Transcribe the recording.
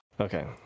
okay